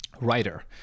Writer